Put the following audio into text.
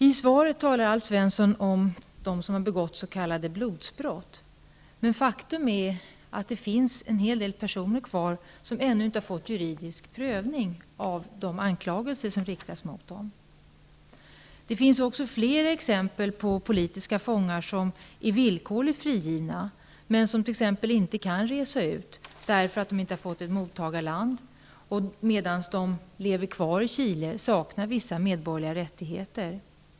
I svaret talar Alf Svensson om dem som har begått s.k. blodsbrott, men faktum är att det finns en hel del personer kvar som ännu inte har fått juridisk prövning av de anklagelser som riktas mot dem. Det finns också flera exempel på politiska fångar som är villkorligt frigivna, men som t.ex. inte kan resa ut därför att de inte har fått ett mottagarland. De saknar vissa medborgerliga rättigheter under den tid de lever kvar i Chile.